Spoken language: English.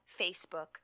Facebook